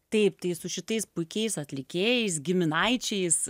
taip tai su šitais puikiais atlikėjais giminaičiais